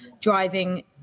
driving